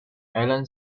alan